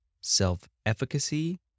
self-efficacy